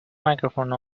microphone